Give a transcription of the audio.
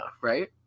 Right